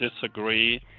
disagree